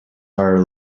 are